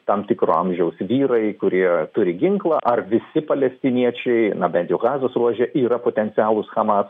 tam tikro amžiaus vyrai kurie turi ginklą ar visi palestiniečiai na bent jau gazos ruože yra potencialūs hamas